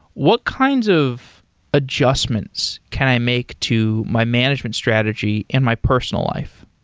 what kinds of adjustments can i make to my management strategy and my personal life?